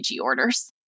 orders